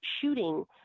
shooting